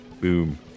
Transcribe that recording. Boom